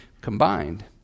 combined